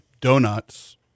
donuts